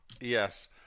Yes